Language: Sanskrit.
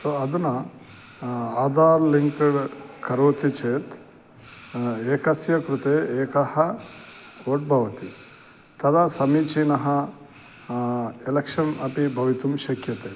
ते अधु ना आदार् लिङ्क्ड् करोति चेत् एकस्य कृते एकः ओट् भवति तदा समीचीनः एलेक्शन् अपि भवितुं शक्यते